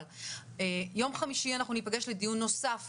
אבל ביום חמישי אנחנו ניפגש לדיון נוסף